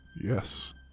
Yes